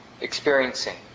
experiencing